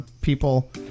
people